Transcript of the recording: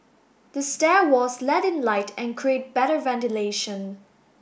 the stair walls let in light and create better ventilation